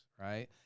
right